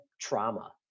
trauma